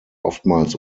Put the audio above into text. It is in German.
oftmals